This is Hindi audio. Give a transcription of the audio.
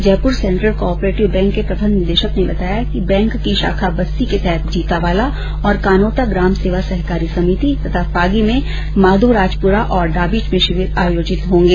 जयपुर सैन्ट्रल कॉपरेटिव बैंक के प्रबन्ध निदेशक ने बताया कि बैंक की शाखा बस्सी के तहत जीतावाला और कानोता ग्राम सेवा सहकारी समिति तथा फागी में माधोराजपुरा और डाबिच में शिविर आयोजित होंगे